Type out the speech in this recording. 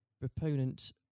proponent